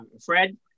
Fred